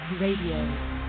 Radio